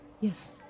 Yes